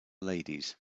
ladies